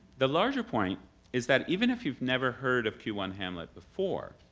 the larger point is that even if you've never heard of q one hamlet before,